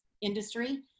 industry